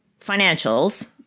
financials